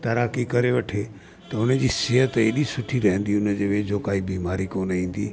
ऐं तैराकी करे वठे त हुनजी सिहत एॾी सुठी रहंदी उनजे वेझो कोई बीमारी कोन्ह इंदी